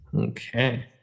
Okay